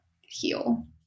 heal